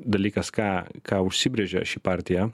dalykas ką ką užsibrėžė ši partija